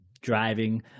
driving